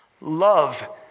Love